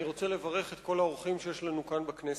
אני רוצה לברך את כל האורחים שיש לנו כאן, בכנסת.